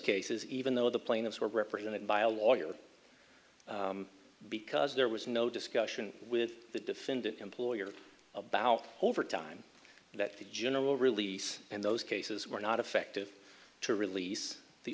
cases even though the plaintiffs were represented by a lawyer because there was no discussion with the defendant employer about how over time that the general release and those cases were not effective to release the